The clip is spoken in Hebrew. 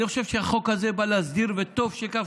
אני חושב שהחוק הזה בא להסדיר, וטוב שכך.